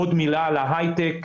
עוד מילה על ההייטק,